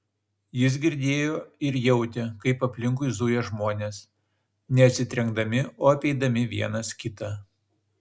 jis girdėjo ir jautė kaip aplinkui zuja žmonės ne atsitrenkdami o apeidami vienas kitą